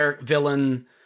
villain –